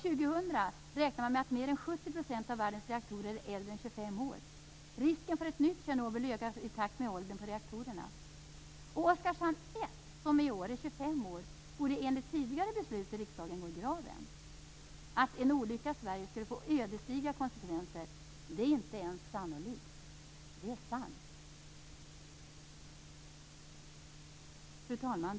Man räknar med att år 2000 kommer mer än 70 % av världens reaktorer att vara äldre än 25 år. Risken för ett nytt Tjernobyl ökar i takt med åldern på reaktorerna. Oskarshamn 1, som i år är 25 år, borde enligt tidigare beslut i riksdagen gå i graven. Att en olycka i Sverige skulle få ödesdigra konsekvenser är inte sannolikt. Det är sant. Fru talman!